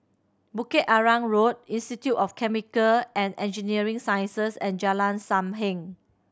Bukit Arang Road Institute of Chemical and Engineering Sciences and Jalan Sam Heng